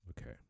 Okay